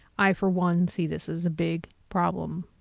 i, for one, see this is a big problem.